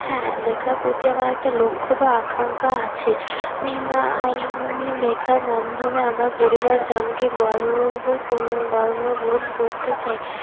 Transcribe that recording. হ্যাঁ লেখার প্রতি আমার একটা লক্ষ্য বা আকাঙ্ক্ষা আছে আমি লেখার মাধ্যমে আমার পরিবারজনকে গর্ব গর্ব বোধ করতে চাই